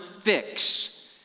fix